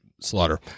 slaughter